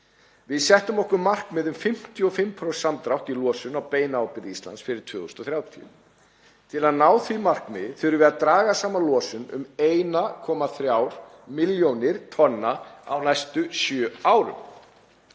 Við settum okkur markmið um 55% samdrátt í losun á beina ábyrgð Íslands fyrir 2030. Til að ná því markmiði þurfum við að draga saman losun um 1,3 milljónir tonna á næstu sjö árum.